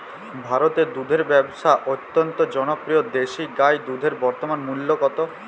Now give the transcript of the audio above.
ভারতে দুধের ব্যাবসা অত্যন্ত জনপ্রিয় দেশি গাই দুধের বর্তমান মূল্য কত?